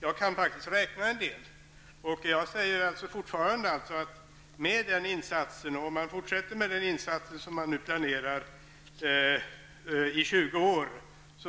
Jag kan räkna rätt bra, och jag menar fortfarande att om man i 20 år fortsätter med den insats som planeras,